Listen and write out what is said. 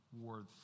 worth